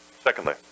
Secondly